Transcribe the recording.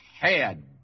head